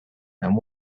and